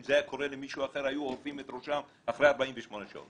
אם זה היה קורה למישהו אחר היו עורפים את ראשם אחרי 48 שעות.